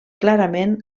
clarament